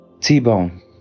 T-Bone